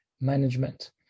management